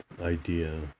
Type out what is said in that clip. idea